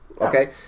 okay